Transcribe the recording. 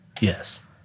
Yes